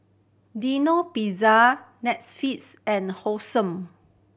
Pizza Netflix and Hosen